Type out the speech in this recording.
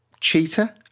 Cheetah